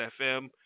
FM